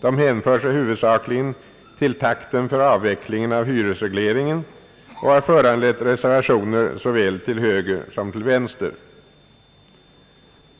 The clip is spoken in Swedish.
De hänför sig huvudsakligen till takten för avvecklingen av hyresregleringen och har föranlett reservationer från såväl högersom vänsterhåll.